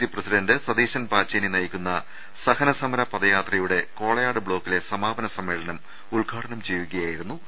C president Satheesan Pacheni നയിക്കുന്ന സഹനസമര പദയാത്രയുടെ കോളയാട് ബ്ലോക്കിലെ സമാപന സമ്മേളനം ഉദ്ഘാടനം ചെയ്യുകയായിരുന്നു അദ്ദേഹം